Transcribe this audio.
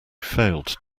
failed